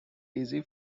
easy